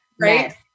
Right